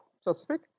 specific